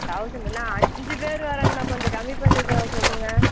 thousand அண்ணா அஞ்சு பேர் வரோங்க அண்ணா கொஞ்சம் கம்மி பண்ணிக்க சொல்லுங்கள்